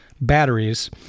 batteries